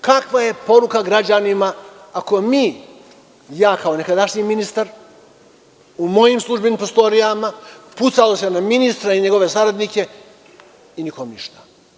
Kakva je poruka građanima ako mi, ja kao nekadašnji ministar, u mojim službenim prostorijama pucalo se na ministra i njegove saradnike i nikome ništa?